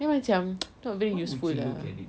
dia macam not very useful lah